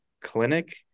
clinic